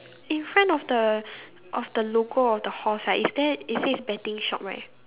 in front of the of the logo of the horse right is there it says betting shop right